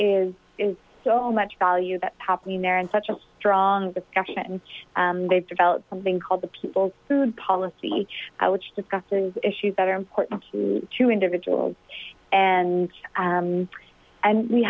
is is so much value that happening there and such a strong the government and they've developed something called the people's food policy i which discusses issues that are important to two individuals and and we